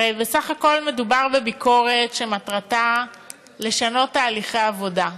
הרי בסך הכול מדובר בביקורת שמטרתה לשנות תהליכי עבודה,